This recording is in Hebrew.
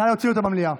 נא להוציא אותה מהמליאה.